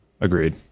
Agreed